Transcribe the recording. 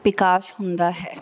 ਵਿਕਾਸ ਹੁੰਦਾ ਹੈ